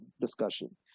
discussion